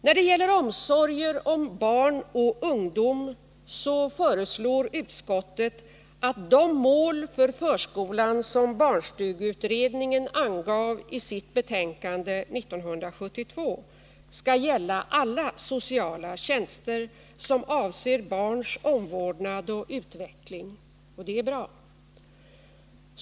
När det gäller omsorgen om barn och ungdom föreslår utskottet att de mål för förskolan som barnstugeutredningen angav i sitt betänkande 1972 skall gälla alla sociala tjänster som avser barns omvårdnad och utveckling. Det är bra.